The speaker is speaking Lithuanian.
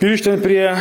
grįžtant prie